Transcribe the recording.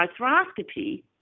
arthroscopy